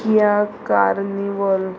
Kia carnival